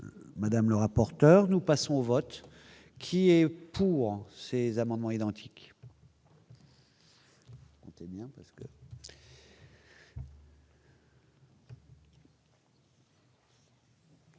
Madame le rapporteur. Nous passons au vote qui est pour ces amendements identiques.